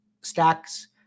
stacks